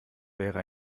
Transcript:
wäre